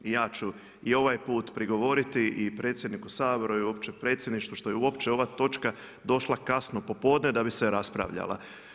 I ja ću i ovaj put prigovoriti i predsjedniku Sabora i uopće predsjedništvu što je uopće ova točka došla kasno popodne da bi se raspravljala.